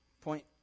Point